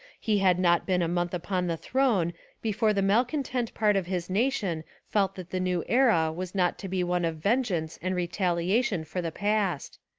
he had not been a month upon the throne before the malcontent part of his nation felt that the new era was not to be one of vengeance and retaliation for the past.